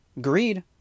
Greed